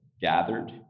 gathered